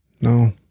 no